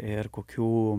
ir kokių